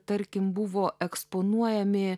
tarkim buvo eksponuojami